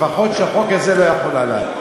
לפחות שהחוק הזה לא יחול עליו.